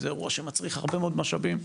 אז זה אירוע שמצריך המון משאבים.